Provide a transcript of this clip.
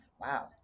Wow